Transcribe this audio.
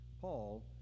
Paul